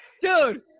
dude